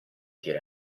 dire